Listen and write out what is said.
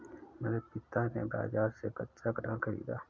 मेरे पिता ने बाजार से कच्चा कटहल खरीदा